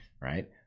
Right